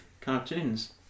cartoons